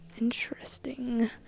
Interesting